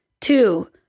two